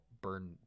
burn